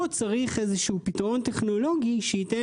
פה צריך איזשהו פתרון טכנולוגי שייתן